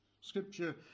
Scripture